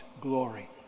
glory